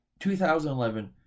2011